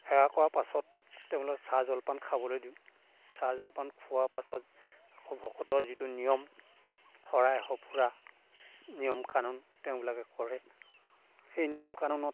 সেৱা কৰা পাছত তেওঁলোকক চাহ জলপান খাবলৈ দিওঁ চাহ জলপান খোৱা পাছত আকৌ ভকতৰ যিটো নিয়ম শৰাই সঁফুৰা নিয়ম কানুন তেওঁবিলাকে কৰে সেই নিয়ম কানুনত